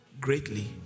greatly